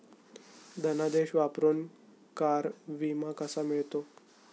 धनादेश वापरून कार विमा कसा मिळतो?